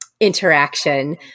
interaction